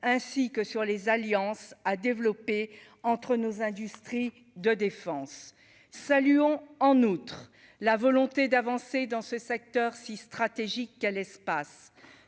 ainsi que sur les alliances à développé entre nos industries de défense, saluons en outre la volonté d'avancer dans ce secteur si stratégique à l'espace